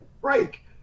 break